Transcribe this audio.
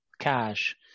cash